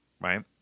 right